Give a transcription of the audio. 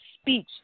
speech